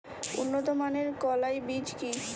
উন্নত মানের কলাই বীজ কি?